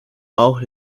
bauch